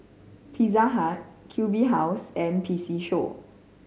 Pizza Hut Q B House and P C Show